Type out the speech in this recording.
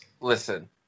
Listen